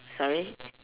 sorry